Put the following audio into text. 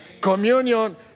Communion